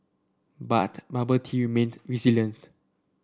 but bubble tea remained resilient